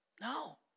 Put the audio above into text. No